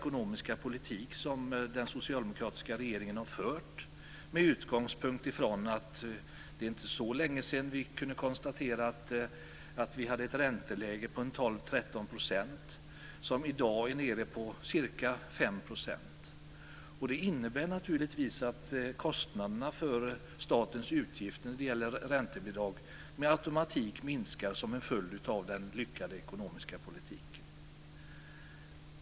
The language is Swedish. Det är inte så länge sedan vi kunde konstatera att vi hade ett ränteläge på 12-13 % som i dag är nere på ca 5 %. Det innebär naturligtvis att kostnaderna för statens utgifter när det gäller räntebidrag med automatik minskar, som en följd av den lyckade ekonomiska politiken.